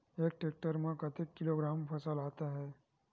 एक टेक्टर में कतेक किलोग्राम फसल आता है?